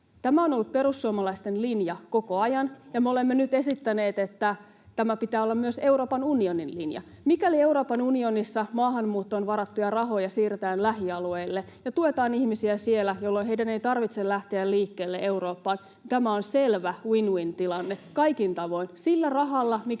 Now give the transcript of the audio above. Tämä on ollut perussuomalaisten linja koko ajan, [Antti Lindtmanin välihuuto] ja me olemme nyt esittäneet, että tämän pitää olla myös Euroopan unionin linja. Mikäli Euroopan unionissa maahanmuuttoon varattuja rahoja siirretään lähialueille ja tuetaan ihmisiä siellä, jolloin heidän ei tarvitse lähteä liikkeelle Eurooppaan, se on selvä win-win-tilanne kaikin tavoin. Sillä rahalla,